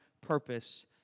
purpose